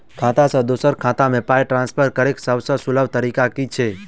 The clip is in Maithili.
खाता सँ दोसर खाता मे पाई ट्रान्सफर करैक सभसँ सुलभ तरीका की छी?